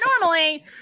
normally